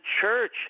church